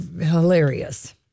hilarious